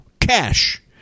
cash